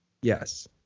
Yes